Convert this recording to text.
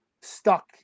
stuck